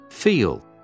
Feel